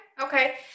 okay